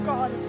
God